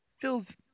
feels